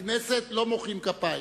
בכנסת לא מוחאים כפיים.